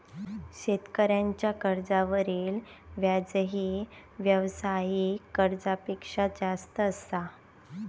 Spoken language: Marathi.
शेतकऱ्यांच्या कर्जावरील व्याजही व्यावसायिक कर्जापेक्षा जास्त असा